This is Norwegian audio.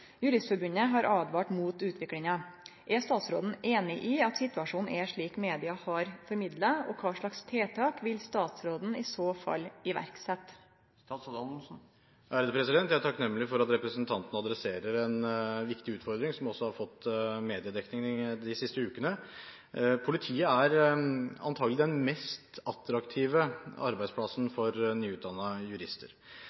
Juristforbundet har åtvara mot utviklinga. Er statsråden einig i at situasjonen er slik media har formidla, og kva slags tiltak vil statsråden i så fall iverksetje?» Jeg er takknemlig for at representanten adresserer en viktig utfordring, som også har fått mediedekning de siste ukene. Politiet er antakelig den mest attraktive arbeidsplassen for nyutdannede jurister. Samtidig er